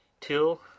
till